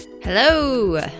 Hello